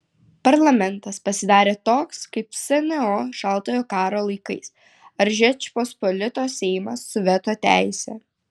parlamentas pasidarė toks kaip sno šaltojo karo laikais ar žečpospolitos seimas su veto teise